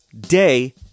Day